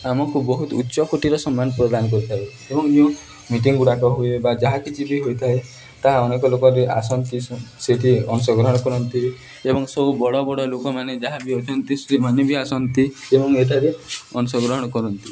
ଆମକୁ ବହୁତ ଉଚ୍ଚକୁଟୀର ସମ୍ମାନ ପ୍ରଦାନ କରିଥାଏ ଏବଂ ଯେଉଁ ମିଟିଂଗୁଡ଼ାକ ହୁଏ ବା ଯାହା କିଛି ବି ହୋଇଥାଏ ତାହା ଅନେକ ଲୋକରେ ଆସନ୍ତି ସେଠି ଅଂଶଗ୍ରହଣ କରନ୍ତି ଏବଂ ସବୁ ବଡ଼ ବଡ଼ ଲୋକମାନେ ଯାହା ବି ଅଛନ୍ତି ସେମାନେ ବି ଆସନ୍ତି ଏବଂ ଏଠାରେ ଅଂଶଗ୍ରହଣ କରନ୍ତି